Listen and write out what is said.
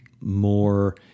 more